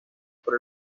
por